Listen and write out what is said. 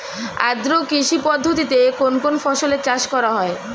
আদ্র কৃষি পদ্ধতিতে কোন কোন ফসলের চাষ করা হয়?